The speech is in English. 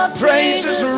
praises